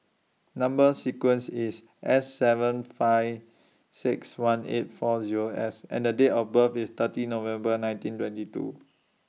Number sequence IS S seven five six one eight four Zero S and Date of birth IS thirty November nineteen twenty two